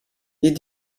est